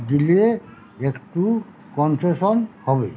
দিলে একটু কনশেসন হবে